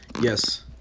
Yes